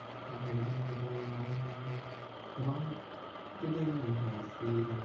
आरो जोंनि बर' रावनि गोबां गोदोनि लाइसि बा